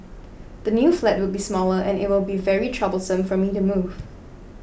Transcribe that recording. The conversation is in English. the new flat will be smaller and it will be very troublesome for me to move